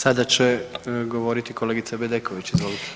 Sada će govoriti kolegica Bedeković, izvolite.